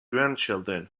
grandchildren